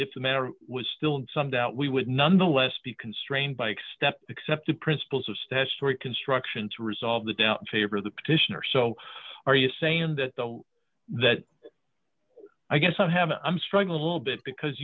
if the matter was still some doubt we would nonetheless be constrained bike step except the principles of statutory construction to resolve the doubt favor the petitioner so are you saying that the that i guess i have i'm struggling a little bit because